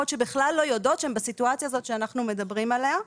שבכלל לא יודעות שהן בסיטואציה הזאת שאנחנו מדברים עליה.